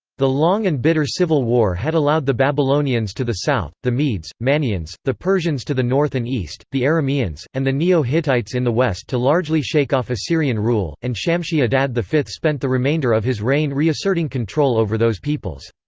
the long and bitter civil war had allowed the babylonians to the south, the medes, manneans, the persians to the north and east, the arameans, and the neo-hittites in the west to largely shake off assyrian rule, and shamshi-adad v spent the remainder of his reign reasserting control over those peoples.